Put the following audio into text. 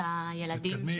את הילדים,